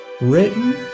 written